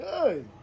Good